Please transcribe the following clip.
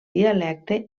dialecte